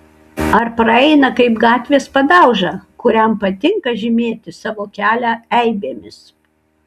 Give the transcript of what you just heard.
ar praeina kaip gatvės padauža kuriam patinka žymėti savo kelią eibėmis